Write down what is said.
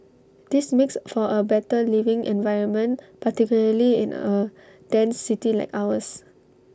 this makes for A better living environment particularly in A dense city like ours